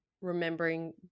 remembering